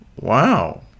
Wow